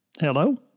Hello